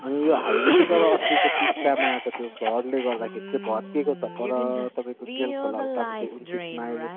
अनि यो हाइवे चाहिँ तर अस्तिको टिस्टामा आएको त्यो फल्डले गर्दाखेरि चाहिँ भत्किएको छ पर तपाईँको गेल खोला उत्तापट्टि उनन्तिस माइल